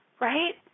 right